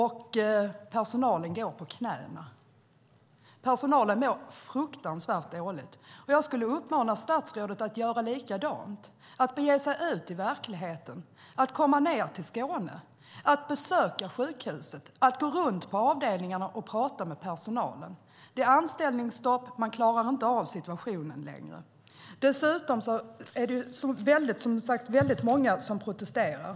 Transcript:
Personalen går på knäna. Personalen mår fruktansvärt dåligt. Jag vill uppmana statsrådet att göra likadant, att bege sig ut i verkligheten, att komma ned till Skåne, att besöka sjukhuset och gå runt på avdelningarna och prata med personalen. Det är anställningsstopp. Man klarar inte av situationen längre. Det är, som sagt, väldigt många som protesterar.